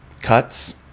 cuts